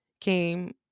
came